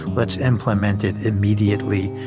let's implement it immediately.